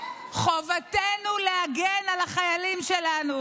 חובתנו להגן על החיילים שלנו.